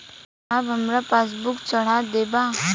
साहब हमार पासबुकवा चढ़ा देब?